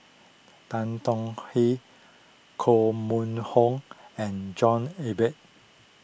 Tan Tong Hye Koh Mun Hong and John Eber